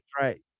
right